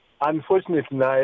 Unfortunately